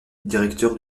directeur